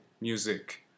music